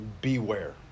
beware